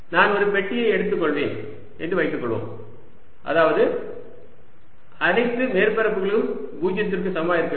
நான் ஒரு பெட்டியை எடுத்துக்கொள்வேன் என்று வைத்துக்கொள்வோம் அதாவது அனைத்து மேற்பரப்புகளும் 0 க்கு சமமாக இருக்க வேண்டும்